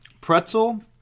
pretzel